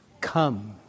Come